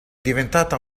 diventata